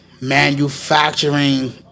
manufacturing